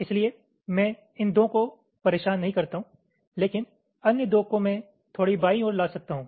इसलिए मैं इन दो को परेशान नहीं करता हूं लेकिन अन्य दो को मैं थोड़ी बाईं ओर ला सकता हूं